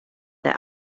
that